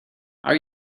are